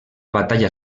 batalla